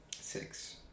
Six